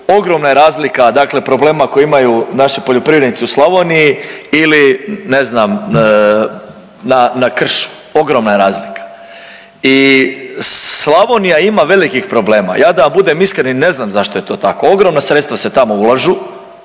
Ogromna je razlika, dakle problema koje imaju naši poljoprivrednici u Slavoniji ili ne znam na kršu. Ogromna je razlika. I Slavonija ima velikih problema. Ja da vam budem iskren i ne znam zašto je to tako. Ogromna sredstva se tamo ulažu,